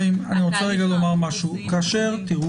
פה